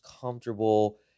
comfortable